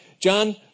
John